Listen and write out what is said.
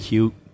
Cute